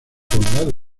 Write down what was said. prolongado